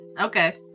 Okay